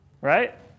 Right